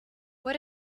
what